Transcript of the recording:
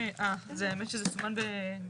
האמת שזה סומן בטעות.